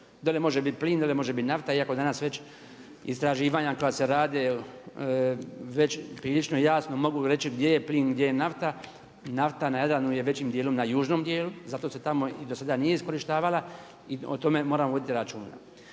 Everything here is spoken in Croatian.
Dolje može biti plin, dolje može biti nafta iako danas već istraživanja koja se rade već prilično jasno mogu reći gdje je plin, gdje je nafta. Nafta na Jadranu je većim dijelom na južnom dijelu, zato se tamo do sada i nije iskorištavala i o tome moramo voditi računa.